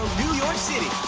new york city,